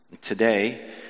Today